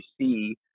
see